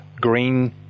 Green